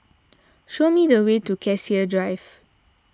show me the way to Cassia Drive